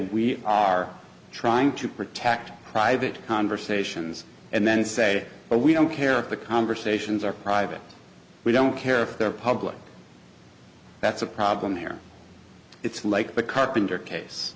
we are trying to protect private conversations and then say well we don't care if the conversations are private we don't care if they're public that's a problem here it's like the carpenter case